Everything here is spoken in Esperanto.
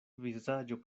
vizaĝo